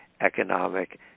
economic